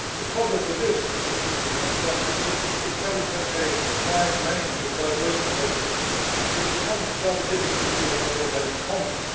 the problem with this, as critchley points out, is that it covers such a wide range of diverse approaches that it becomes rather difficult to see what they all have in common.